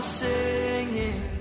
singing